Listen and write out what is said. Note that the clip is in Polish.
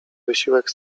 wysiłek